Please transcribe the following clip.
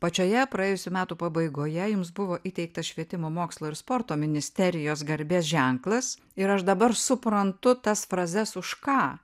pačioje praėjusių metų pabaigoje jums buvo įteikta švietimo mokslo ir sporto ministerijos garbės ženklas ir aš dabar suprantu tas frazes už ką